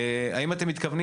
האם אתם מתכוונים